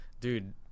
dude